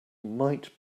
might